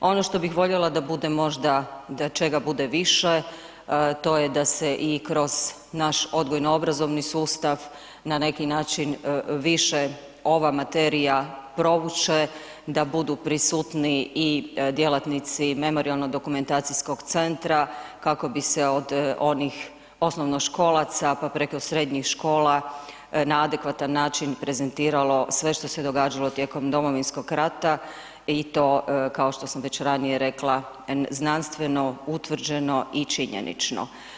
Ono što bih voljela da bude možda da čega bude više, to je da se i kroz naš odgojno obrazovni sustav na neki način više ova materija prouče, da budu prisutniji i djelatnici Memorijalno dokumentacijskog centra, kako bi se od onih osnovnoškolaca, pa preko srednjih škola na adekvatan način prezentiralo sve što se događalo tijekom Domovinskog rata i to kao što sam već ranije rekla, znanstveno utvrđeno i činjenično.